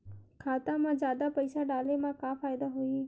खाता मा जादा पईसा डाले मा का फ़ायदा होही?